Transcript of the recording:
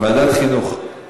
מרגי איננו?